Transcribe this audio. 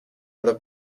other